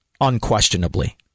unquestionably